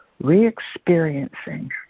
re-experiencing